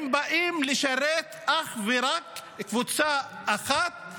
הם באים לשרת אך ורק קבוצה אחת,